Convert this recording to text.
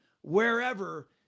wherever